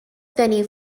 venue